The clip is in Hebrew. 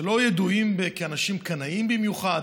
שלא ידועים כאנשים קנאים במיוחד,